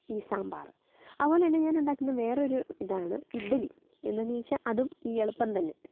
ഈ സാമ്പാർ അതുപോലെ തന്നെ ഞാൻ ഉണ്ടാക്കുന്ന വേറൊരു ഇതാണ് ഇഡലി എന്താന്ന് ചോദിച്ചാൽ അതും ഈ എളുപ്പം തന്നെ